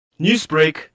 Newsbreak